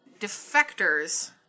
defectors